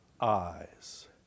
eyes